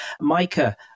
Micah